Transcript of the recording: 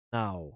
now